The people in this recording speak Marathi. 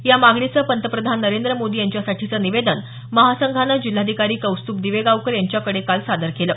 या मागणीचं पंतप्रधान नरेंद्र मोदी यांच्यासाठीचं निवेदन महासंघानं जिल्हाधिकारी कौस्तूभ दिवेगांवकर यांच्याकडे काल सादर केलं